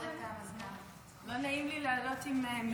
זאת גם ממשלת האיומים: איומים על הרמטכ"ל,